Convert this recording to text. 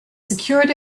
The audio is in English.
secured